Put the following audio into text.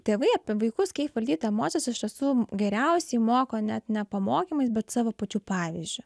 vaikų tėvai apie vaikus kaip valdyti emocijas iš tiesų geriausiai moko net ne pamokymais bet savo pačių pavyzdžiu